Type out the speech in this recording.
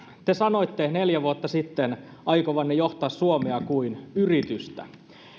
te sanoitte neljä vuotta sitten aikovanne johtaa suomea kuin yritystä